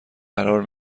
قرار